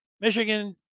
Michigan